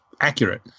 accurate